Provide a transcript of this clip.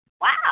Wow